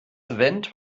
event